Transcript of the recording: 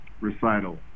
recital